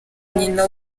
nyina